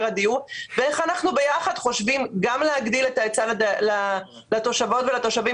הדיור ואיך אנחנו ביחד חושבים גם להגדיל את ההיצע לתושבות ולתושבים